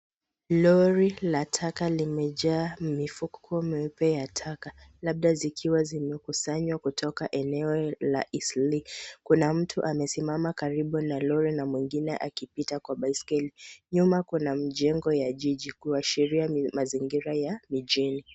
Lori la taka limejaa mifugo meupe ya taka labda zikiwa zimekusanywa kutoka eneo la Eastleigh. Kuna mtu amesimama karibu na lori na mwingine akipita na biskeli. Nyuma kuna mjengo wa jiji kuashiria mazingira ya mjini.